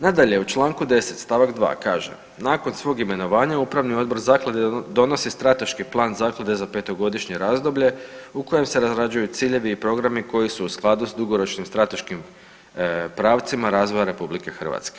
Nadalje, u čl. 10. st. 2. kaže nakon svog imenovanja upravni odbor zaklade donosi Strateški plan zaklade za 5-godišnje razdoblje u kojem se razrađuju ciljevi i programi koji su u skladu s dugoročnim strateškim pravcima razvoja RH.